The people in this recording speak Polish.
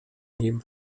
nim